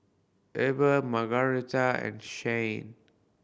Eber Margaretta and Shayne